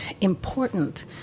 important